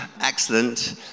Excellent